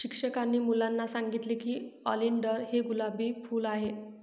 शिक्षकांनी मुलांना सांगितले की ऑलिंडर हे गुलाबी फूल आहे